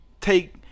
take